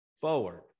forward